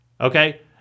okay